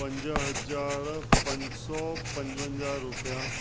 पंज हज़ार पंज सौ पंजवंजाह रुपया